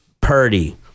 Purdy